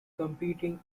competing